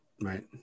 right